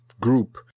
group